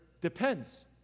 depends